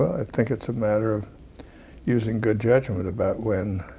i think it's a matter of using good judgment about when